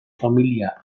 familia